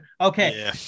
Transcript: Okay